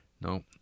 no